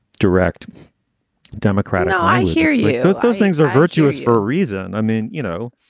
direct democratic i hear you. those those things are virtuous for a reason. i mean, you know,